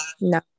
No